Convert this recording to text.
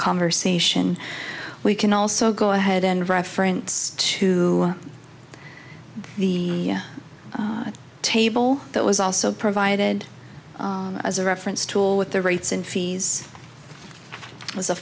conversation we can also go ahead and reference to the table that was also provided as a reference tool with the rates and fees was a